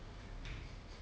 doing like um